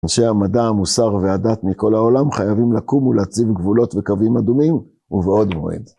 אנשי המדע, המוסר והדת מכל העולם חייבים לקום ולהציב גבולות וקווים אדומים ובעוד מועד.